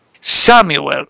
Samuel